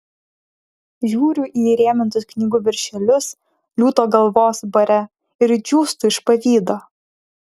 žiūriu į įrėmintus knygų viršelius liūto galvos bare ir džiūstu iš pavydo